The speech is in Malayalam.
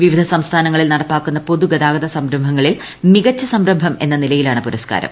വിവിധ സംസ്ഥാനങ്ങളിൽ നടപ്പാക്കുന്ന പൊതുഗതാഗത സംരംഭങ്ങളിൽ മികച്ച സംരംഭം എന്ന നിലയിലാണ് പുരസ്ക്കാരം